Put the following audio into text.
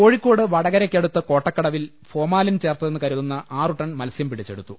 കോഴിക്കോട് വടകരക്കടുത്ത കോട്ടക്കടവിൽ ഫോർമാലിൻ ചേർത്തെന്ന് കരുതുന്ന ആറു ടൺ മത്സ്യം പിടിച്ചെടുത്തു